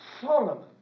Solomon